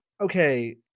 okay